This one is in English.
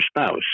spouse